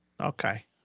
Okay